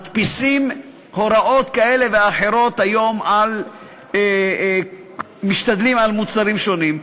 משתדלים להדפיס הוראות כאלה ואחרות היום על מוצרים שונים,